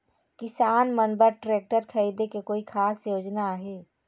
किसान मन बर ट्रैक्टर खरीदे के कोई खास योजना आहे?